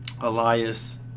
Elias